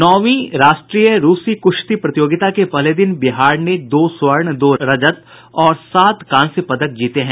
नौवीं राष्ट्रीय रूसी कुश्ती प्रतियोगिता के पहले दिन बिहार ने दो स्वर्ण दो रजत और सात कांस्य पदक जीते हैं